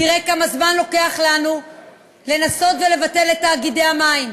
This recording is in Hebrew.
תראה כמה זמן לוקח לנו לנסות ולבטל את תאגידי המים,